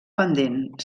pendent